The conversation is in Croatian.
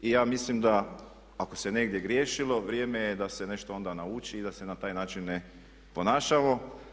I ja mislim da ako se negdje griješilo vrijeme je da se nešto onda nauči i da se na taj način ne ponašamo.